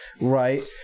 right